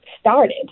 started